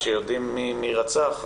שיודעים מי רצח,